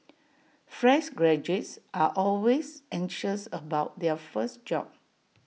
fresh graduates are always anxious about their first job